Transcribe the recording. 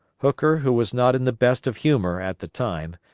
hooker, who was not in the best of humor at the time,